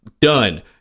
Done